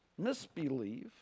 misbelieve